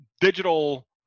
digital